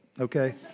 Okay